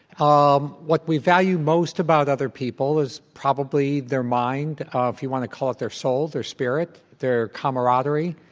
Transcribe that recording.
um what we value most about other people is probably their mind, ah if you want to call it their soul, their spirit, their comradery.